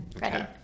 ready